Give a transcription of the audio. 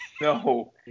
No